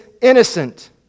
innocent